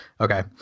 okay